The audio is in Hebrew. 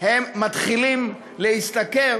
הם מתחילים להשתכר